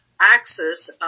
axis